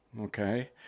okay